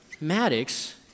Maddox